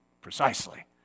Precisely